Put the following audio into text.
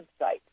website